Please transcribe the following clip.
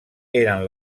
eren